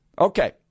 Okay